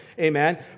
Amen